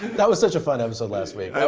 that was such a fun episode last week.